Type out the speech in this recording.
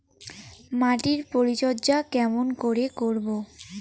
মাটির পরিচর্যা কেমন করে করব?